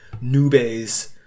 nubes